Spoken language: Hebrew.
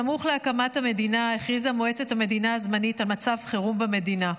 סמוך להקמת המדינה הכריזה מועצת המדינה הזמנית על מצב חירום במדינה.